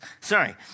Sorry